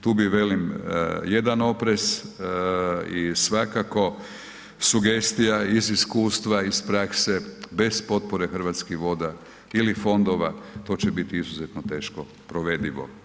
Tu bih velim jedan oprez i svakako sugestija iz iskustva, iz prakse, bez potpore Hrvatskih voda ili fondova to će biti izuzetno teško provedivo.